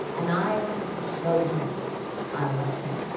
and i showed him i loved him